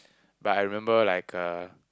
but I remember like a